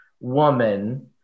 woman